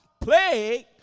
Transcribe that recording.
plague